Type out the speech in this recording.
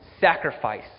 sacrifice